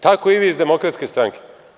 Tako i vi iz Demokratske stranke.